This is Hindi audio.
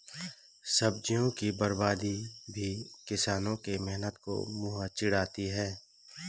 सब्जियों की बर्बादी भी किसानों के मेहनत को मुँह चिढ़ाती है